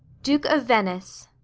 duke of venice.